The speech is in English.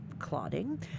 clotting